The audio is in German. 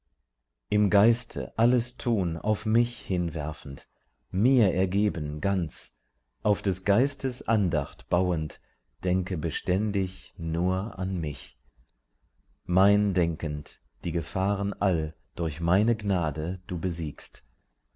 im geiste alles tun auf mich hinwerfend mir ergeben ganz auf des geistes andacht bauend denke beständig nur an mich mein denkend die gefahren all durch meine gnade du besiegst